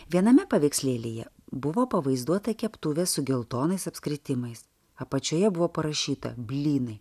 viename paveikslėlyje buvo pavaizduota keptuvė su geltonais apskritimais apačioje buvo parašyta blynai